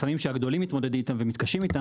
גם הקטנים מתמודדים עם החסמים.